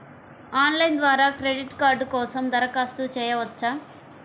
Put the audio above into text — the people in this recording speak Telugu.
ఆన్లైన్ ద్వారా క్రెడిట్ కార్డ్ కోసం దరఖాస్తు చేయవచ్చా?